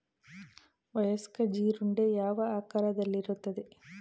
ವಯಸ್ಕ ಜೀರುಂಡೆ ಯಾವ ಆಕಾರದಲ್ಲಿರುತ್ತದೆ?